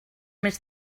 més